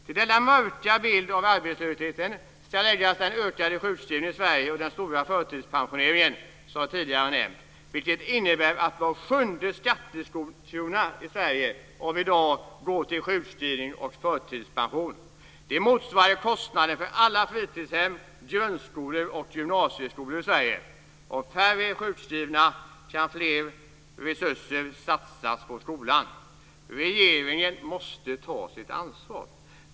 Till denna mörka bild av arbetslösheten ska läggas den ökade sjukskrivningen i Sverige och den stora förtidspensioneringen, som jag tidigare nämnt, vilket innebär att var sjunde skattekrona i Sverige i dag går till sjukskrivning och förtidspensioner. Det motsvarar kostnaden för alla fritidshem, grundskolor och gymnasieskolor i Sverige. Om färre är sjukskrivna kan mer resurser satsas på skolan. Regeringen måste ta sitt ansvar.